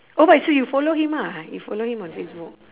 oh what so you follow him ah you follow him on facebook